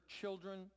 children